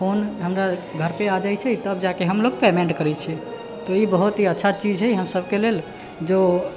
phone हमरा घर पे आ जाइत छै तब जाके हमलोग पेमेन्ट करैत छियै तऽ ई बहुत ही अच्छा चीज हइ हमसबके लेल जो